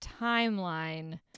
timeline